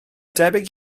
debyg